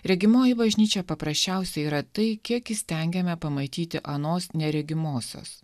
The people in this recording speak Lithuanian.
regimoji bažnyčia paprasčiausiai yra tai kiek įstengiame pamatyti anos neregimosios